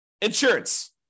insurance